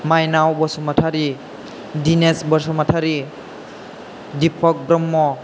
माइनाव बसुमतारी दिनेस बसुमतारी दिफक ब्रह्म